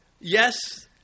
Yes